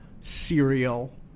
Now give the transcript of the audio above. cereal